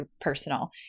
personal